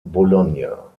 bologna